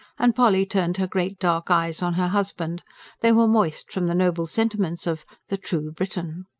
and polly turned her great dark eyes on her husband they were moist from the noble sentiments of the true briton.